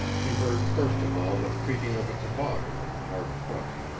he heard first of all the creaking of a toboggan on the hard crust,